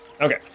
Okay